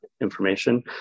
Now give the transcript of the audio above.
information